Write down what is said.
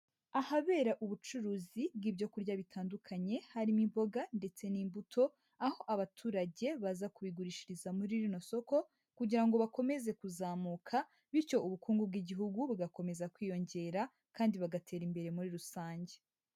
Ahabera ubucuruzi bw'ibyo kurya bitandukanye, harimo imboga ndetse n'imbuto, aho abaturage baza kubigurishiriza muri rino soko, kugira ngo bakomeze kuzamuka bityo ubukungu bw'Igihugu bugakomeza kwiyongera kandi bagatera imbere muri rusange.